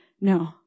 No